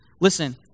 Listen